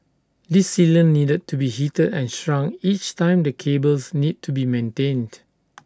this sealant needed to be heated and shrunk each time the cables need to be maintained